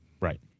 right